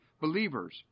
believers